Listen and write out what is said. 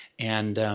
and.